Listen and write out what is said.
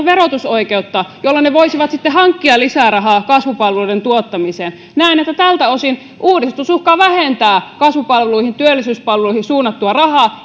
verotusoikeutta jolla ne voisivat sitten hankkia lisää rahaa kasvupalveluiden tuottamiseen näen että tältä osin uudistus uhkaa vähentää kasvupalveluihin ja työllisyyspalveluihin suunnattua rahaa